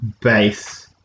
base